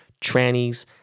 trannies